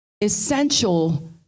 essential